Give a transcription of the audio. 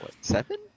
seven